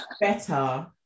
better